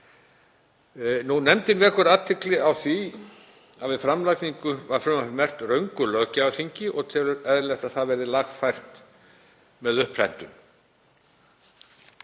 Nefndin vekur athygli á því að við framlagningu var frumvarpið merkt röngu löggjafarþingi og telur eðlilegt að það verði lagfært með uppprentun.